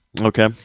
Okay